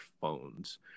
phones